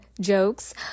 jokes